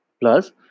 Plus